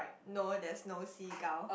no there is no seagull